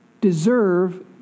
deserve